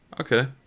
Okay